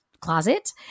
closet